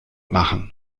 machen